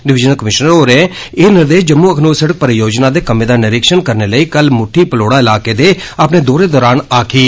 divisional commissioner होरें ए निर्देश जम्मू अखनूर सड़क परियोजना दे कम्मै दा जायजा करने लेई कल मुट्टी पलौड़ा इलाके दे अपने दौरे दौरान आक्खी